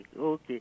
okay